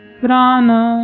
prana